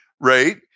right